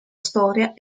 storia